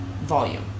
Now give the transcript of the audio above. volume